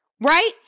right